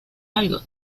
algo